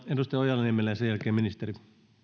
edustaja ojala niemelä ja sen jälkeen ministeri